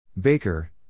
Baker